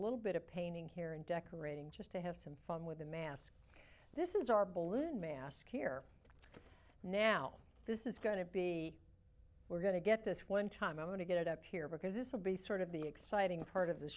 little bit of painting here and decorating just to have some fun with the mask this is our balloon mask here now this is going to be we're going to get this one time i'm going to get up here because this will be sort of the exciting part of the